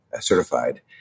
certified